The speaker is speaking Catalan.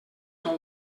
tot